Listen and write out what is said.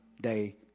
day